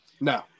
no